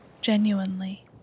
genuinely